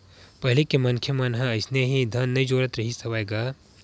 पहिली के मनखे मन ह अइसने ही धन नइ जोरत रिहिस हवय गा